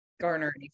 garner